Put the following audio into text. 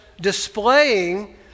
displaying